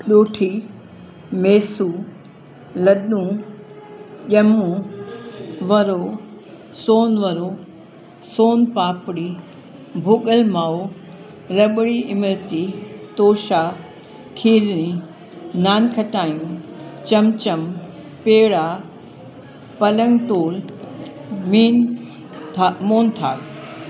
ॾोठी मेसू लॾूं ॼमूं वरो सोनवड़ो सोन पापड़ी भुॻल माओ रॿड़ी इमरती तोषा खीरिणी नानखतायूं चमचम पेड़ा पलंगटोल मेन था मोहनथाल